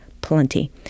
plenty